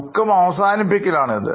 ദുഃഖം അവസാനിപ്പിക്കൽ ആണ് ഇത്